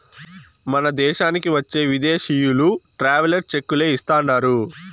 మన దేశానికి వచ్చే విదేశీయులు ట్రావెలర్ చెక్కులే ఇస్తాండారు